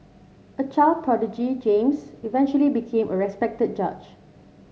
a child prodigy James eventually became a respected judge